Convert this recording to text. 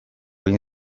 egin